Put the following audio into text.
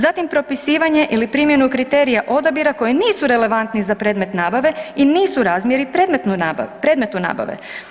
Zatim propisivanje ili primjenu kriterija odabira koji nisu relevantni za predmet nabave i nisu razmjeri predmetu nabave.